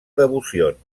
devocions